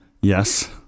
yes